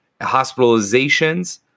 hospitalizations